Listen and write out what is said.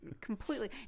completely